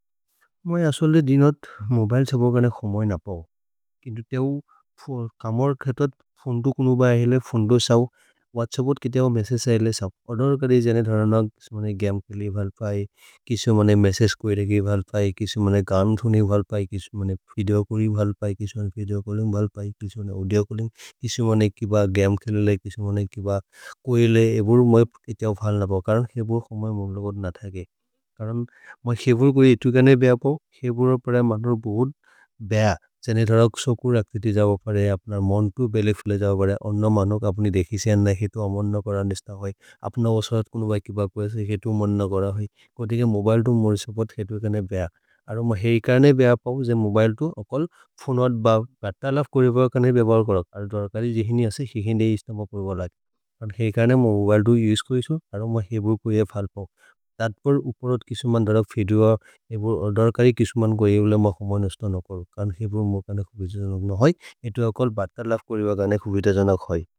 मोइ अस्वले दिनोद् मोबिले सबगने खमए न पओ, किन्तु तेहु कमर् खेतत् फोन्दु कुनु ब अहेले फोन्दु सओ। व्हत्सप्पोत् केते हौ मेसेस् अहेले सओ, अधर् कदे जने धरनक् किसो मोने गमे खेलिये भल् पये। किसो मोने मेसेस् कोइरेगे भल् पये, किसो मोने गान् थुनि भल् पये, किसो मोने विदेओ कोरि भल् पये। किसो मोने विदेओ चल्लिन्ग् भल् पये, किसो मोने औदिओ चल्लिन्ग्, किसो मोने केब गमे खेलिले, किसो मोने केब कोइले। एबोर् मोइ केते हौ फल् न पओ, करन् एबोर् खमए मम्लोगोद् न थगे। करन् मोइ खेबुर् कोइये इतु इकने बेह पओ, खेबुर् अपर मम्लोगोद् बेह, जने धरनक् किसो कुर् अच्तिवित्य् जओ परे। अप्नर् मन्तु बेले फुले जओ परे, अन्न मनक् अप्नि देखि से अन्न हितु अमन् न करन् इस्त होइ, अप्न अस्वले कुनु ब कि ब कोइये इस। हितु मन् न करन् होइ, कोतिके मोबिले तो मोरिसपोत् हितु इकने बेह, अप्न अस्वले कुनु ब कि ब कोइये इस।